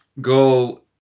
goal